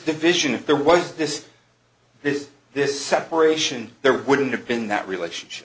division there was this there's this separation there wouldn't have been that relationship